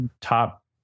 top